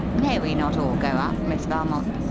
may we not all go up, miss valmond?